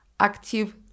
active